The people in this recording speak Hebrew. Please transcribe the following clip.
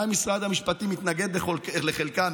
גם אם משרד המשפטים יתנגד לחלקן,